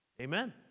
Amen